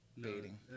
baiting